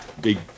big